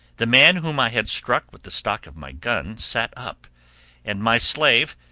the man whom i had struck with the stock of my gun, sat up and my slave,